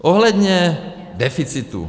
Ohledně deficitu.